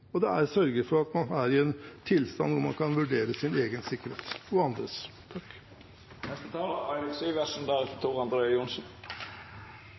Og man må sørge for at man er i en tilstand der man kan vurdere sin egen sikkerhet, og andres. Jeg skal starte med å si tusen takk til foregående taler,